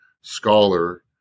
scholar